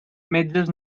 metges